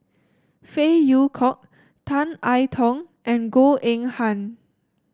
Phey Yew Kok Tan I Tong and Goh Eng Han